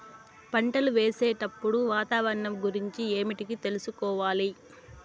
పంటలు వేసేటప్పుడు వాతావరణం గురించి ఏమిటికి తెలుసుకోవాలి?